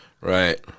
Right